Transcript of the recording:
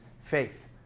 faith